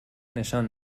نشان